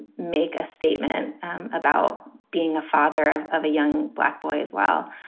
make a statement about being a father of of a young black boy as well.